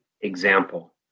example